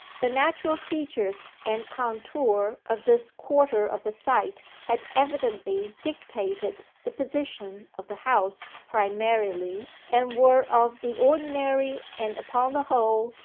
the natural features and contour of this quarter of the site had evidently dictated the position of the house primarily, and were of the ordinary, and upon the whole,